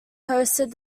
hosted